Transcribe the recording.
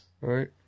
Right